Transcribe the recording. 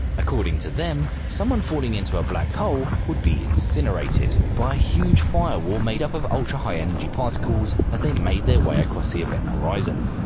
according to them, someone falling into a black hole would be incinerated by a huge firewall made up of ultra-high energy particles as they made their way across the event horizon.